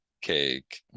cake